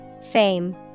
Fame